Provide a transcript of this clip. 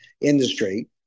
industry